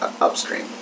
Upstream